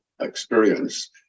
experience